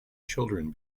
children